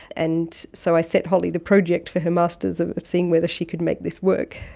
and so i set holly the project for her masters of seeing whether she could make this work.